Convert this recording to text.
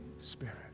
Spirit